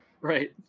Right